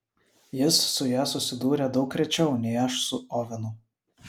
jis su ja susidūrė daug rečiau nei aš su ovenu